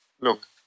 look